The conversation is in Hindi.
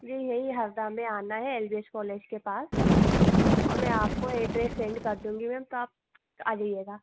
जी यही हरदा में आना है एल्विस कॉलेज के पास और मैं आपको एड्रेस सेंड कर दूँगी मैम तो आप आ जाइएगा